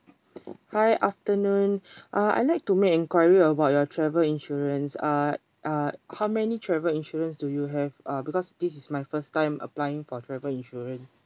hi afternoon uh I like to make enquiry about your travel insurance uh uh how many travel insurance do you have uh because this is my first time applying for travel insurance